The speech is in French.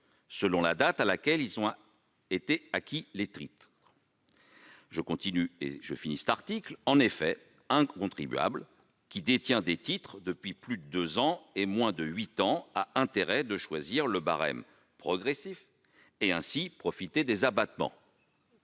selon la date à laquelle ont été acquis les titres. [...] En effet, un contribuable qui détient des titres depuis plus de deux ans et moins de huit ans a intérêt à choisir le barème progressif et ainsi profiter des abattements.